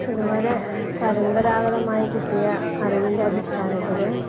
അതുപോലെ പരമ്പരാഗതമായി കിട്ടിയ അറിവിൻ്റെ അടിസ്ഥാനത്തിലും